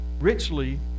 Richly